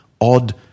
odd